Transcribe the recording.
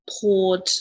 poured